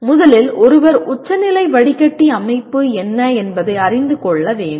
முதலில் ஒருவர் உச்சநிலை வடிகட்டி அமைப்பு என்ன என்பதை அறிந்து கொள்ள வேண்டும்